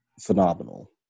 phenomenal